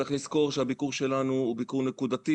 צריך לזכור שהביקור שלנו הוא ביקור נקודתי